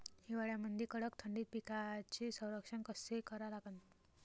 हिवाळ्यामंदी कडक थंडीत पिकाचे संरक्षण कसे करा लागन?